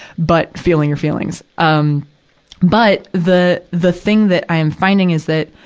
but feeling your feelings. um but, the, the thing that i am finding is that,